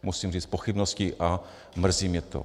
Musím říct pochybnosti a mrzí mě to.